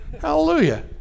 Hallelujah